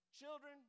Children